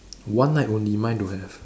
one night only mine don't have